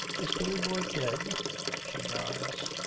is billy boy dead she nods.